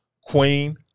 queen